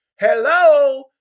Hello